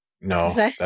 No